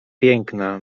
piękna